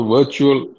Virtual